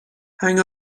hang